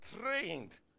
trained